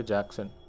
Jackson